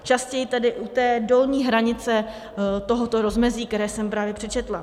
Častěji tedy u dolní hranice tohoto rozmezí, které jsem právě přečetla.